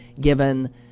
given